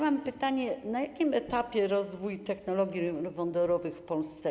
Mam pytanie, na jakim etapie jest rozwój technologii wodorowych w Polsce.